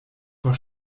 vor